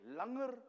langer